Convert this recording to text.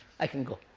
i can go.